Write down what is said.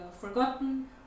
forgotten